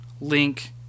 Link